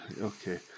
Okay